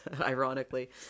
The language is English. ironically